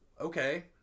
okay